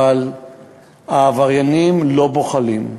אבל העבריינים לא בוחלים,